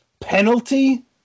penalty